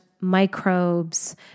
microbes